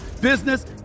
business